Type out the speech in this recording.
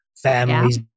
families